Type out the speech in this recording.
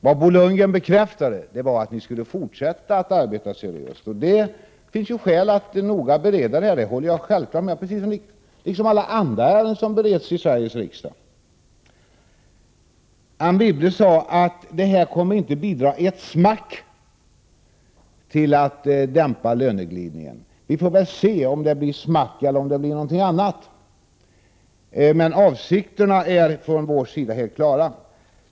Vad Bo Lundgren bekräftade var att moderaterna skulle fortsätta att arbeta seriöst. Och det finns naturligtvis skäl att bereda detta, liksom alla andra ärenden i Sveriges riksdag, på ett noggrant sätt, det håller jag självfallet med om. Anne Wibble sade att detta inte kommer att bidra ett smack till att dämpa löneglidningen. Vi får väl se om det blir smack eller om det blir något annat. Men avsikten från vår sida är helt klar.